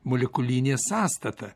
molekulinė sąstata